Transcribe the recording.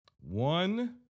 one